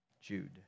Jude